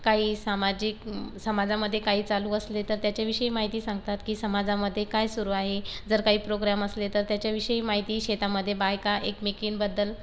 काही सामाजिक समाजामध्ये काही चालू असले तर त्याच्याविषयी माहिती सांगतात की समाजामध्ये काय सुरू आहे जर काही प्रोग्राम असले तर त्याच्याविषयी माहिती शेतामध्ये बायका एकमेकींबद्दल